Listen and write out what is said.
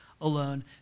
alone